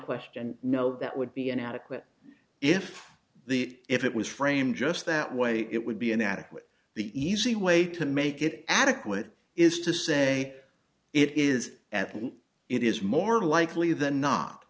question no that would be inadequate if the if it was framed just that way it would be inadequate the easy way to make it adequate is to say it is at and it is more likely than not